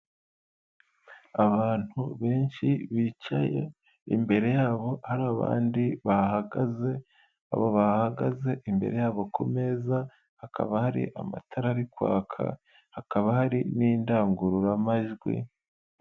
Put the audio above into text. Abantu benshi bicaye, imbere yabo hari abandi bahahagaze, abo bahahagaze imbere yabo ku meza hakaba hari amatara ari kwaka, hakaba hari n'indangururamajwi.